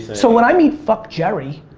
so when i meet fuck jerry,